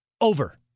Over